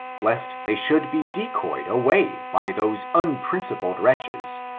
lest they should be decoyed away by those unprincipled wretches,